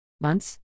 Months